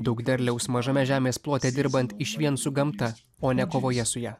daug derliaus mažame žemės plote dirbant išvien su gamta o ne kovoje su ja